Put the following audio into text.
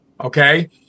Okay